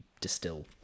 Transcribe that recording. distill